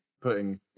putting